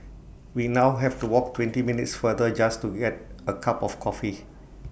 we now have to walk twenty minutes farther just to get A cup of coffee